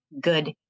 good